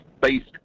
based